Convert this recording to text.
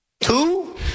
Two